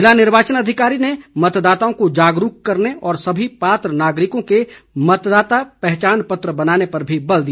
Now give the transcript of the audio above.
जिला निर्वाचन अधिकारी ने मतदाताओं को जागरूक करने और सभी पात्र नागरिकों के मतदाता पहचान पत्र बनाने पर भी बल दिया